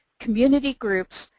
community groups,